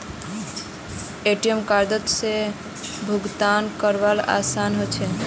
ATM कार्डओत से भुगतान करवार आसान ह छेक